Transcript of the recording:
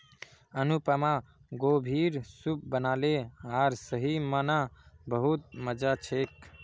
अनुपमा गोभीर सूप बनाले आर सही म न बहुत मजा छेक